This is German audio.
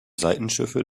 seitenschiffe